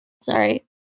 sorry